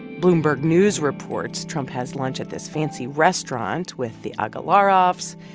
bloomberg news reports trump has lunch at this fancy restaurant with the agalarovs,